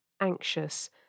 anxious